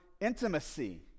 intimacy